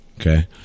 Okay